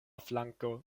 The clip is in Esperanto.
flanko